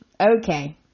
okay